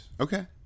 Okay